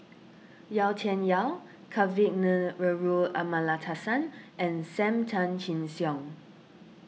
Yau Tian Yau Kavignareru Amallathasan and Sam Tan Chin Siong